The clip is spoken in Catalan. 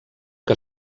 que